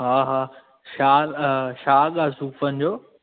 हा हा छा छा अघु आहे सूफ़नि जो